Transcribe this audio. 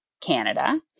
Canada